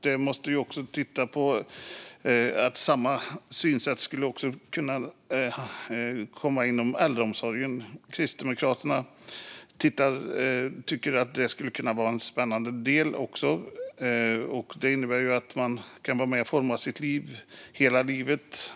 Det måste vi också titta på - samma synsätt skulle kunna tillämpas även inom äldreomsorgen. Kristdemokraterna tycker att det skulle kunna vara en spännande del. Det innebär att man kan vara med och forma sitt liv genom hela livet.